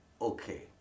Okay